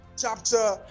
chapter